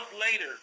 later